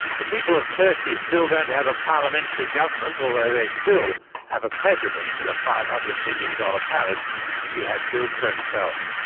the people of turkey still don't have a parliamentary government, although they still have a president in a five hundred million dollars palace which he had built for himself.